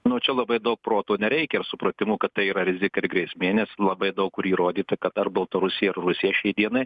nu čia labai daug proto nereikia ir supratimo kad tai yra rizika ir grėsmė nes labai daug kur įrodyta kad ar baltarusija ir rusija šiai dienai